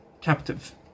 captive